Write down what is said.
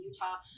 Utah